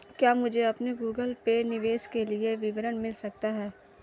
क्या मुझे अपने गूगल पे निवेश के लिए विवरण मिल सकता है?